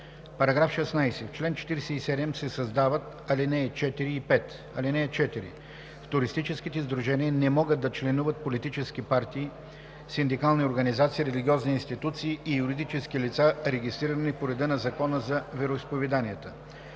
§ 16: „§ 16. В чл. 47 се създават ал. 4 и 5: „(4) В туристическите сдружения не могат да членуват политически партии, синдикални организации, религиозни институции и юридически лица, регистрирани по реда на Закона за вероизповеданията.